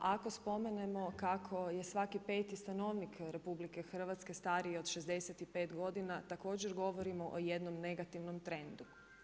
Ako spomenemo kako je svaki peti stanovnik RH stariji od 65 godina također govorimo o jednom negativnom trendu.